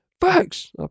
Facts